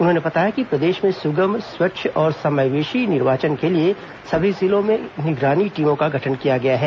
उन्होंने बताया कि प्रदेश में सुगम स्वच्छ और समावेशी निर्वाचन के लिए सभी जिलों में निगरानी टीमों का गठन किया गया है